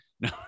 No